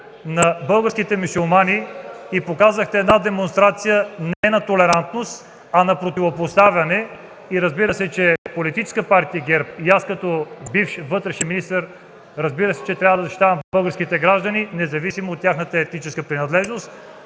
на българските мюсюлмани и показахте една демонстрация не на толерантност, а на противопоставяне. Политическа партия ГЕРБ и аз като бивш вътрешен министър, разбира се, трябва да защитавам българските граждани, независимо от тяхната етническа принадлежност,